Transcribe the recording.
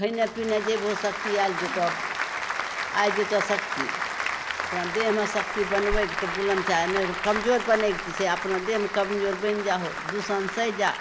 खयने पीने जेबहो शक्ति आयल जेतौ आइ जयतौ शक्ति अपना देहमे शक्ति बनबयके बुलन्द आ नहि कमजोर बनयके छै अपना देहमे कमजोर बनि जाहो दू साँझ सहि जा